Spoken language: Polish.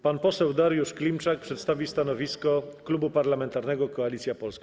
Pan poseł Dariusz Klimczak przedstawi stanowisko Klubu Parlamentarnego Koalicja Polska.